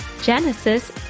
Genesis